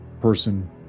person